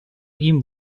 ihm